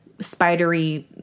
spidery